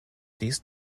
these